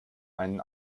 einen